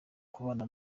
kubana